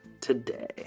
today